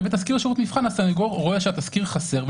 ובו הסנגור רואה שהתזכיר חסר.